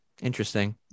Interesting